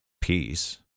peace